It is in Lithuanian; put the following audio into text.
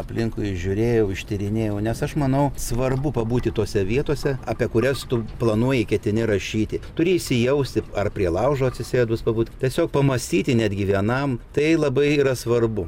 aplinkui išžiūrėjau ištyrinėjau nes aš manau svarbu pabūti tose vietose apie kurias tu planuoji ketini rašyti turi įsijausti ar prie laužo atsisėdus pabūt tiesiog pamąstyti netgi vienam tai labai yra svarbu